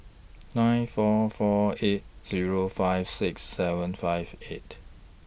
nine four four eight Zero five six seven five eight